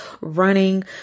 running